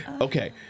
Okay